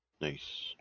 nice